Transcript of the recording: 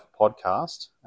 podcast